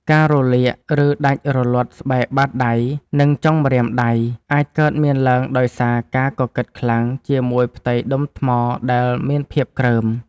ការរលាក ឬដាច់រលាត់ស្បែកបាតដៃ និងចុងម្រាមដៃ អាចកើតមានឡើងដោយសារការកកិតខ្លាំងជាមួយផ្ទៃដុំថ្មដែលមានភាពគ្រើម។